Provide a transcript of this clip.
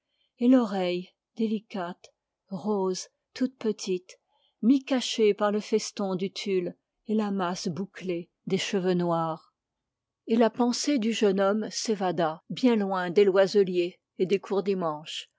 et l'oreille rose toute petite mi cachée par le feston du tulle et la masse bouclée des cheveux noirs et la pensée du jeune homme s'évada bien loin des loiselier et des courdimanche